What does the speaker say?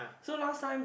so last time